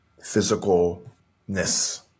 physicalness